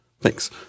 Thanks